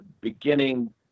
beginning